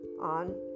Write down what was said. on